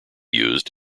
used